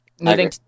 Moving